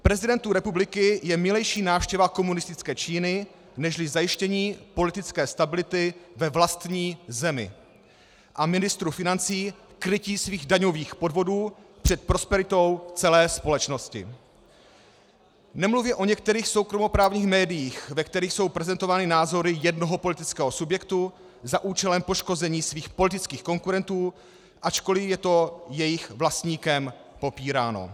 Prezidentu republiky je milejší návštěva komunistické Číny nežli zajištění politické stability ve vlastní zemi a ministru financí krytí svých daňových podvodů před prosperitou celé společnosti, nemluvě o některých soukromoprávních médiích, ve kterých jsou prezentovány názory jednoho politického subjektu za účelem poškození svých politických konkurentů, ačkoliv je to jejich vlastníkem popíráno.